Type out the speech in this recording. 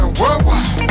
worldwide